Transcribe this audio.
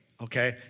Okay